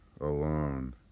alone